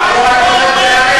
מה זה?